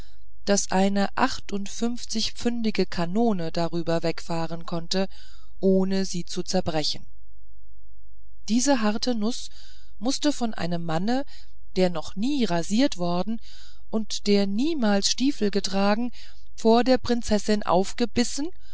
daß eine achtundvierzigpfündige kanone darüber wegfahren konnte ohne sie zu zerbrechen diese harte nuß mußte aber von einem manne der noch nie rasiert worden und der niemals stiefeln getragen vor der prinzessin aufgebissen